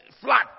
flat